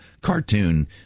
cartoon